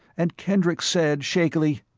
and kendricks said shakily,